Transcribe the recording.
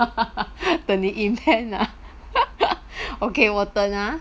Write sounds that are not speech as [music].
[noise] 等你 invent ah [noise] okay 我等 ah